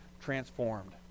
transformed